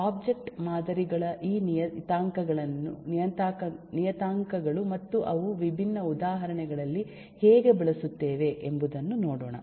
object ಮಾದರಿಗಳ ಈ ನಿಯತಾಂಕಗಳು ಮತ್ತು ಅವು ವಿಭಿನ್ನ ಉದಾಹರಣೆಗಳಲ್ಲಿ ಹೇಗೆ ಬಳಸುತ್ತೇವೆ ಎಂಬುದನ್ನು ನೋಡೋಣ